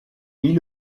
mit